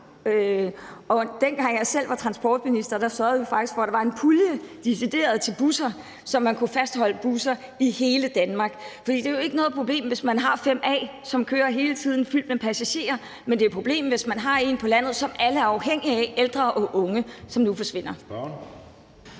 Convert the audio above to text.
dengang jeg selv var transportminister, sørgede vi faktisk for, at der var en pulje decideret til busser, så man kunne fastholde busser i hele Danmark. For det er jo ikke noget problem, hvis man har en busrute 5A, som kører hele tiden fyldt med passagerer, men det er et problem, hvis man har en busrute på landet, som alle – ældre og unge – er afhængige af, og som nu forsvinder.